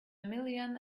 million